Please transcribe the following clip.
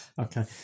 Okay